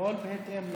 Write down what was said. לפעול בהתאם לחוק.